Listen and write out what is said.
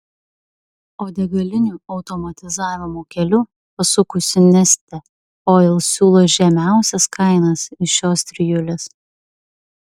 o degalinių automatizavimo keliu pasukusi neste oil siūlo žemiausias kainas iš šios trijulės